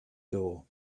door